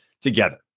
together